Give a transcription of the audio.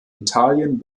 italien